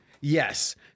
Yes